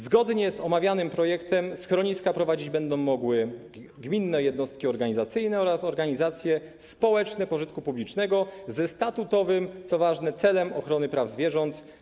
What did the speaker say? Zgodnie z omawianym projektem schroniska prowadzić będą mogły gminne jednostki organizacyjne oraz organizacje społeczne pożytku publicznego ze statutowym, co ważne, celem ochrony praw zwierząt.